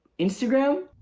instagram?